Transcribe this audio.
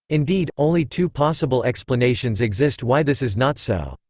indeed, only two possible explanations exist why this is not so.